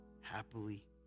happily